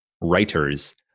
writers